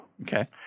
Okay